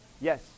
Yes